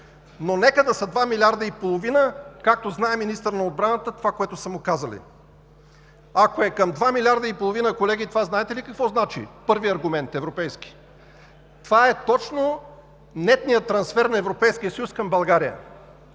– нека да са 2,5 милиарда, както знае министърът на отбраната – това, което са му казали. Ако е към 2,5 милиарда, колеги, това знаете ли какво значи? Първият аргумент – европейски. Това е точно нетният трансфер на Европейския съюз към България.